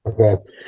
Okay